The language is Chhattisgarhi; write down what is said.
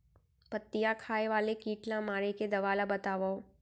पत्तियां खाए वाले किट ला मारे के दवा ला बतावव?